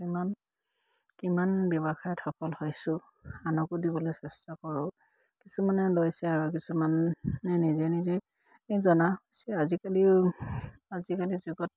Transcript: কিমান কিমান ব্যৱসায়ত সফল হৈছোঁ আনকো দিবলৈ চেষ্টা কৰোঁ কিছুমানে লৈছে আৰু কিছুমানে নিজে নিজে জনা হৈছে আজিকালিও আজিকালিৰ যুগত